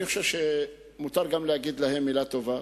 אני חושב שמותר גם להגיד להם מלה טובה,